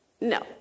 no